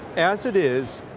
as it is,